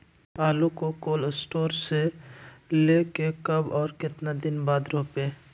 आलु को cold store से ले के कब और कितना दिन बाद रोपे?